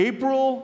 April